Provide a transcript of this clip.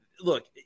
look